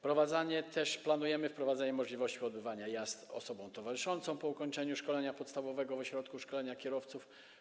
Planujemy też wprowadzenie możliwości odbywania jazd przez osoby towarzyszące po ukończeniu szkolenia podstawowego w ośrodku szkolenia kierowców.